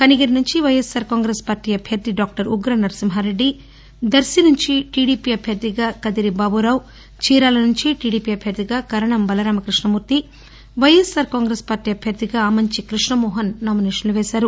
కనిగిరి నుంచి వైఎస్ఆర్ కాంగ్రెస్ పార్లీ అభ్యర్థి డాక్టర్ ఉగ్ర నరసింహారెడ్డి దర్శి నుంచి టిడిపి అభ్యర్థిగా కదిరి బాబురావు చీరాల నుంచి టీడిపి అభ్యర్థిగా కరణం బలరామకృష్ణమూర్తి వైఎస్ఆర్కాంగ్రెస్ పార్టీ అభ్యర్థిగా ఆమంచి క్బష్ణమోహన్ నామినేషన్లు వేసారు